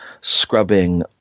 scrubbing